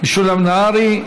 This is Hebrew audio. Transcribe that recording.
משולם נהרי.